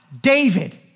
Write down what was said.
David